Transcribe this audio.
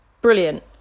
Brilliant